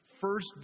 first